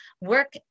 work